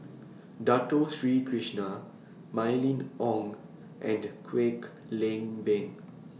Dato Sri Krishna Mylene Ong and Kwek Leng Beng